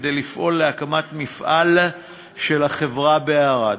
כדי לפעול להקמת מפעל של חברה זו בערד,